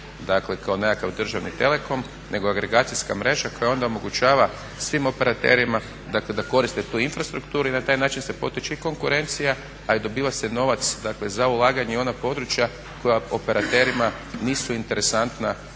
dakle kao nekakav državni telekom nego agregacijska mreža koja onda omogućava svim operaterima da koriste tu infrastrukturu i na taj način se potiče i konkurencija, a i dobiva se novac za ulaganje u ona područja koja operaterima nisu interesantna